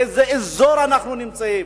באיזה אזור אנחנו נמצאים,